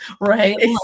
right